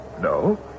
No